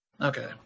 Okay